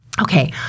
okay